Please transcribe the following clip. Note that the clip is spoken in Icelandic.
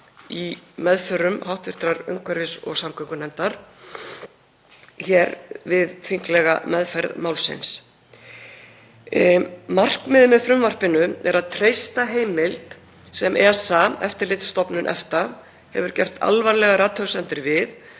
í meðförum hv. umhverfis- og samgöngunefndar hér við þinglega meðferð málsins. Markmiðið með frumvarpinu er að treysta heimild sem ESA, Eftirlitsstofnun EFTA, hefur gert alvarlegar athugasemdir við